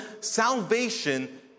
Salvation